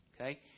Okay